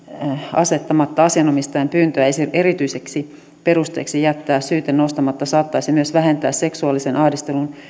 asettamatta asian omistajan pyyntöä erityiseksi perusteeksi jättää syyte nostamatta saattaisi myös vähentää seksuaalisen ahdistelun